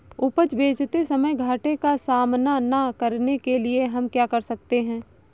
उपज बेचते समय घाटे का सामना न करने के लिए हम क्या कर सकते हैं?